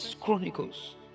Chronicles